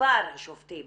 שכבר שופטים